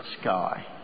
sky